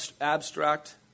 abstract